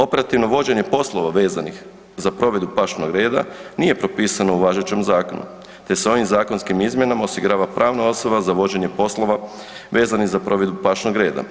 Operativno vođenje poslova vezanih za provedbu pašnog reda nije propisano u važećem zakonu te se ovim zakonskim izmjenama osigurava pravna osoba za vođenje poslova vezanih za provedbu pašnog reda.